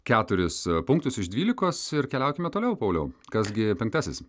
keturis punktus iš dvylikos ir keliaukime toliau pauliau kas gi penktasis